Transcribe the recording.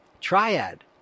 Triad